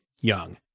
young